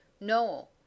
Noel